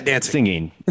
singing